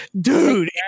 dude